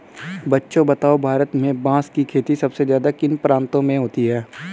बच्चों बताओ भारत में बांस की खेती सबसे ज्यादा किन प्रांतों में होती है?